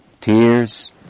tears